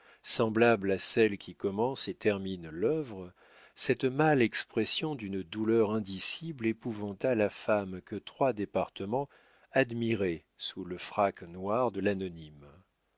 semblables à celle qui commence et termine l'œuvre cette mâle expression d'une douleur indicible épouvanta la femme que trois départements admiraient sous le frac noir de l'anonyme